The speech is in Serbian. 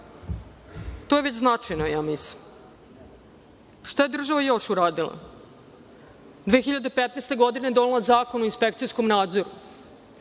To je već značajno, ja mislim. Šta je država još uradila? Godine 2015. je donela Zakon o inspekcijskom nadzoru.